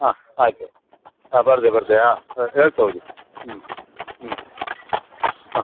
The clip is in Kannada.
ಹಾಂ ಆಯಿತು ಹಾಂ ಬರಲಿ ಬರಲಿ ಹಾಂ ಹೇಳ್ತಾ ಹೋಗಿ ಹ್ಞೂ ಹ್ಞೂ ಹಾಂ